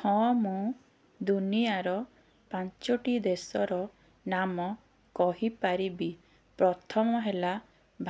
ହଁ ମୁଁ ଦୁନିଆର ପାଞ୍ଚଟି ଦେଶର ନାମ କହିପାରିବି ପ୍ରଥମ ହେଲା